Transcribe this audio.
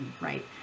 right